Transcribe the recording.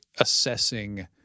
assessing